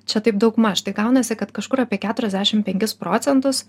čia taip daugmaž tai gaunasi kad kažkur apie keturiasdešim penkis procentus